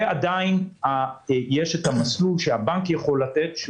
ועדיין יש את המסלול שהבנק יכול לתת,